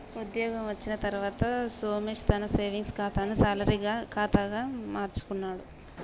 ఉద్యోగం వచ్చిన తర్వాత సోమేశ్ తన సేవింగ్స్ కాతాను శాలరీ కాదా గా మార్చుకున్నాడు